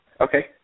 okay